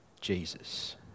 Jesus